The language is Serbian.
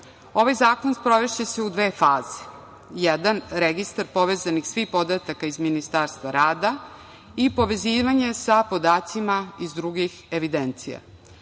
bazu. Ovaj zakon sprovešće se u dve faze. Pod jedan – registar povezanih svih podataka iz Ministarstva rada i povezivanje sa podacima iz drugih evidencija. Socijalna